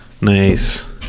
Nice